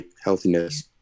healthiness